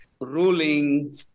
ruling